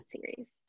series